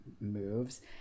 moves